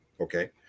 okay